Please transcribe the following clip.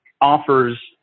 offers